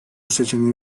seçeneği